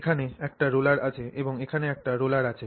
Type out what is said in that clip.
এখানে একটি রোলার আছে এবং এখানে একটি রোলার রয়েছে